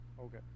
Okay